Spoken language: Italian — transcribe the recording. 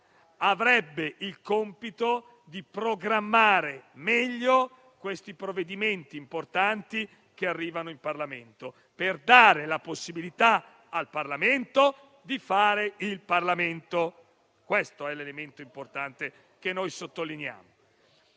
avrebbe il compito di programmare in modo migliore i provvedimenti importanti che arrivano in Parlamento, per dare la possibilità al Parlamento stesso di fare il Parlamento: questo è l'elemento importante che noi sottolineiamo.